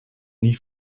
nie